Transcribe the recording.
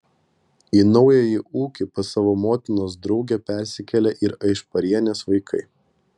į naująjį ūkį pas savo motinos draugę persikėlė ir aišparienės vaikai